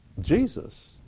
Jesus